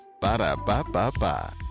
Ba-da-ba-ba-ba